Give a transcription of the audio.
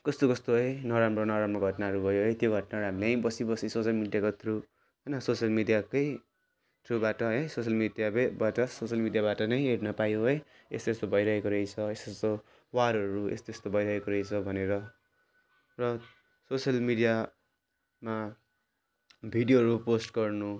कस्तो कस्तो है नराम्रो नराम्रो घटनाहरू भयो है त्यो घटनाहरू हामी यहीँ बसीबसी सोसियल मिडियाको थ्रु होइन सोसियल मिडियाकै थ्रुबाट है सोसियल मिडियाकैबाट सोसियल मिडियाबाट नै हेर्न पायौँ है यस्तो यस्तो भइरहेको रहेछ यस्तो यस्तो वारहरू यस्तो यस्तो भइरहेको रहेछ भनेर र सोसियल मिडियामा भिडियोहरू पोस्ट गर्नु